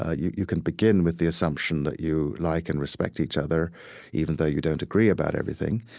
ah you you can begin with the assumption that you like and respect each other even though you don't agree about everything,